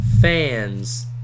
fans